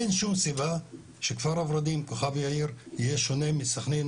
אין שום סיבה שכפר ורדים וכוכב יאיר יהיו שונים מסחנין,